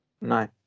No